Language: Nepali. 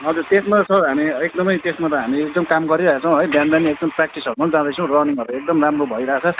हजुर त्यसमा त हामी एकदमै त्यसमा त हामी एकदम काम गरिरहेका छौँ है बिहान बिहान एकदम प्र्याक्टिसहरू पनि जाँदैछौँ रनिङहरू एकदम राम्रो भइरहेछ